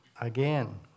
again